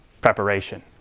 preparation